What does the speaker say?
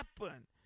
happen